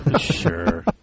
Sure